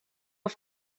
auf